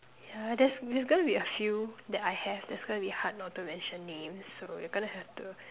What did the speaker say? yeah there's there's going to be a few that I have that's gonna be hard not to mention names so we gonna have to